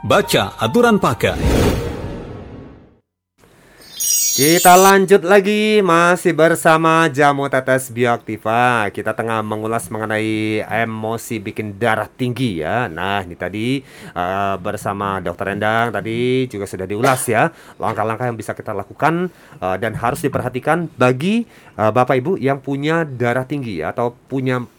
Baca aturan pakai. Kita lanjut lagi, masih bersama Jamu Tetes Bioaktifa. Kita tengah mengulas mengenai emosi bikin darah tinggi ya. Nah, ini tadi, eh, bersama Dr. Endang tadi juga sudah diulas ya, langkah-langkah yang bisa kita lakukan, eh, dan harus diperhatikan bagi, eh, Bapak Ibu yang punya darah tinggi atau punya